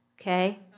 okay